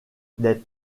des